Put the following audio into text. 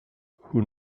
who